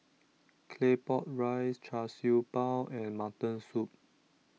Claypot Rice Char Siew Bao and Mutton Soup